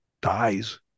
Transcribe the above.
dies